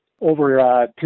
Over